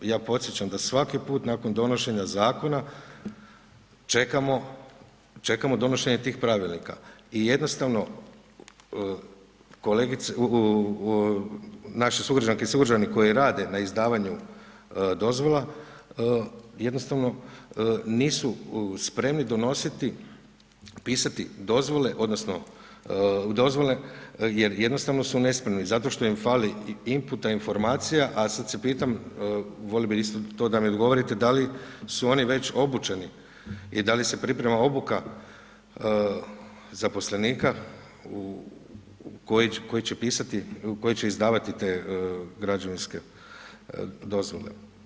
Ja podsjećam da svaki put nakon donošenja zakona, čekamo donošenje tih pravilnika i jednostavno, naši sugrađani i sugrađanke koji rade na izdavanju dozvola, jednostavno, nisu spremni donositi pisati dozvole, odnosno, dozvole, jer jednostavno su nespremni, zato što im fali, inputa, informacija, a sada se pitam, volio bi isto to da mi odgovorite, da li su oni već obučeni i da li se priprema obuka zaposlenika u koji će pisati, koji će izdavati te građevinske dozvole?